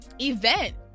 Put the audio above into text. event